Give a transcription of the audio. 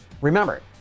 Remember